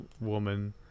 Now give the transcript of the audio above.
woman